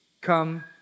come